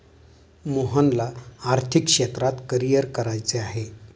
मोहनला आर्थिक क्षेत्रात करिअर करायचे आहे